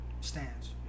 stands